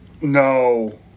No